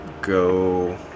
go